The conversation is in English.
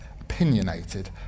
opinionated